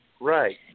Right